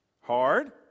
hard